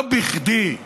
לא בכדי,